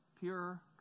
pure